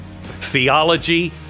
theology